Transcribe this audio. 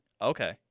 Okay